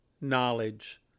knowledge